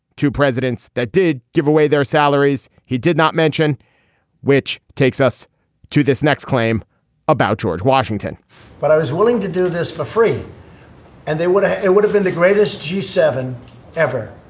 two presidents that did give away their salaries. he did not mention which takes us to this next claim about george washington but i was willing to do this for free and they would. ah it would have been the greatest g seven ever.